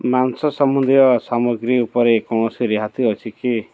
ମାଂସ ସମ୍ବନ୍ଧୀୟ ସାମଗ୍ରୀ ଉପରେ କୌଣସି ରିହାତି ଅଛି କି